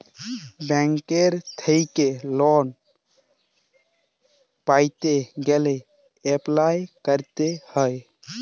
bank থ্যাইকে লল পাইতে গ্যালে এপ্লায় ক্যরতে হ্যয়